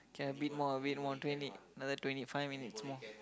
can a bit more a bit more twenty another twenty five minutes more